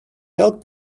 help